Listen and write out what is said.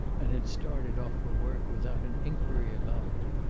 and had started off for work without an inquiry about her.